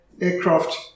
aircraft